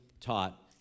taught